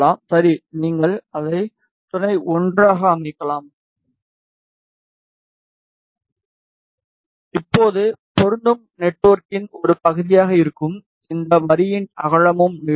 சரி நீங்கள் அதை துணை 1 ஆக அமைக்கலாம் இப்போது பொருந்தும் நெட்வொர்க்கின் ஒரு பகுதியாக இருக்கும் இந்த வரியின் அகலமும் நீளமும்